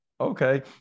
Okay